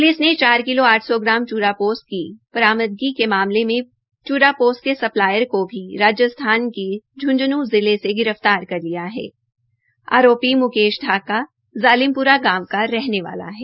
police ने चार किलो आठ सौ ग्राम च्रापोस्ट की बरामदगी के मामले में च्रा पोस्टत के सप्लाईयर को राजस्थान के झ्झंन् जिले से गिरतार कर लिया है आरोपी म्केश ढाका जालिमप्रा गांव का रहने वाला है